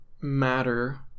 matter